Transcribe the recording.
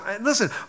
Listen